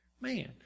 man